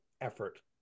effort